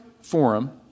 forum